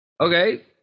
Okay